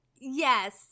yes